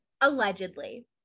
Allegedly